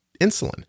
insulin